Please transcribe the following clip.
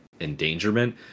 endangerment